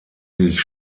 sich